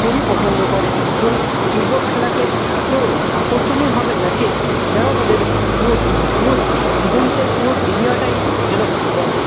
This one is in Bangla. খুবই পছন্দ করে এবং ফুটবল খেলাকে এত আকর্ষণীয়ভাবে দেখে যেন তাদের পুরো পুরো জীবনটাই পুরো দুনিয়াটাই যেন ফুটবল